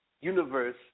universe